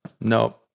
nope